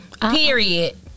Period